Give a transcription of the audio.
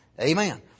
Amen